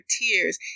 tears